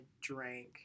drank